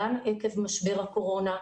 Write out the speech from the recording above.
גם עקב משבר הקורונה,